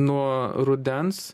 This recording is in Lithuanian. nuo rudens